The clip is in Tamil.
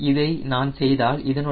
இதை நான் செய்தால் இதனுடைய மதிப்பு 0